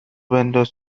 بنداز